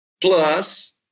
plus